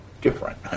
different